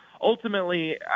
ultimately